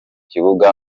kibuga